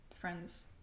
friends